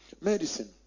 medicine